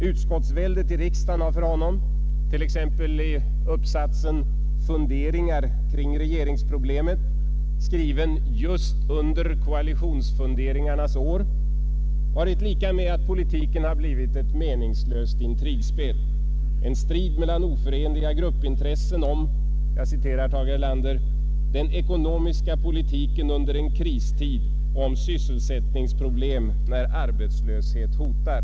Utskottsväldet i riksdagen har för honom t.ex. i uppsatsen ”Funderingar kring regeringsproblemet”, skriven under koalitionsåren, varit lika med att politiken blivit ett meningslöst intrigspel, en strid mellan oförenliga gruppintressen om — jag citerar Tage Erlander — ”den ekonomiska politiken under en kristid och om sysselsättningsproblem när arbetslöshet hotar”.